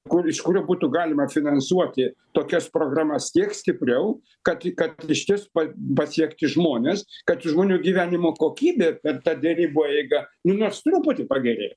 kur iš kurio būtų galima finansuoti tokias programas tiek stipriau kad kad išties pa pasiekti žmones kad žmonių gyvenimo kokybė per tą derybų eigą nu nors truputį pagerėja